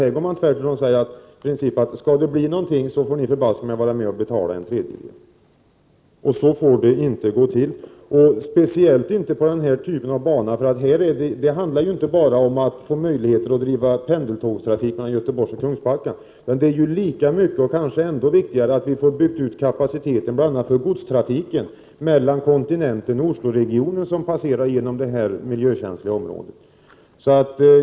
Men här handlar man på rakt motsatt sätt och säger: Skall det bli någonting av så måste ni vara med och betala en tredjedel. Så får det inte gå till, speciellt inte på den här typen av bana. Det handlar ju inte bara om att få möjlighet att bedriva pendeltågstrafik mellan Göteborg och Kungsbacka, utan det gäller i lika hög grad — och det är kanske ännu viktigare — att bygga ut kapaciteten för bl.a. godstrafiken mellan kontinenten och Osloregionen. Den trafiken passerar ju genom detta miljökänsliga område.